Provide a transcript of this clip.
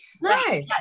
no